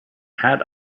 had